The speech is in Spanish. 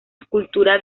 escultura